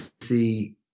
see